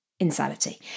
Insanity